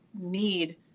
need